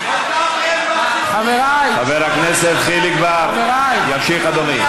דיבורים, דיבורים, דיבורים, דיבורים.